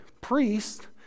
priest